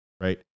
right